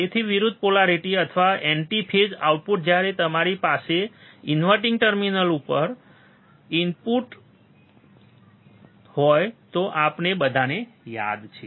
તેથી વિરુદ્ધ પોલારીટી અથવા એન્ટી ફેઝ આઉટપુટ જ્યારે તમારી પાસે ઇનવર્ટીંગ ટર્મિનલ પર ઇનપુર્ટિંગ ઇનપુટ હોય તો આ આપણે બધાને યાદ છે